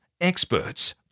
experts